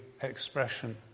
expression